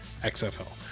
XFL